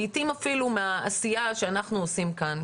לעתים אפילו מהעשייה שאנחנו עושים כאן.